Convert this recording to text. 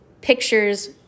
pictures